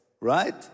right